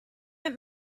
not